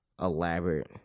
elaborate